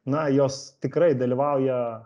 na jos tikrai dalyvauja